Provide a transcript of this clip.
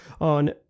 on